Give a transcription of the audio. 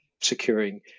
securing